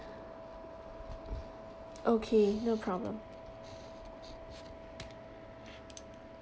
okay no problem